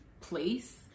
place